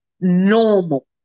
normal